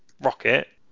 Rocket